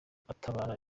atabara